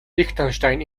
liechtenstein